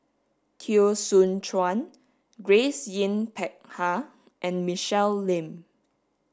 Teo Soon Chuan Grace Yin Peck Ha and Michelle Lim